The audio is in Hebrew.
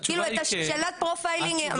שאלת פרופיילינג אמיתי.